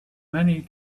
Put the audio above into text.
many